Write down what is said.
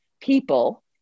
people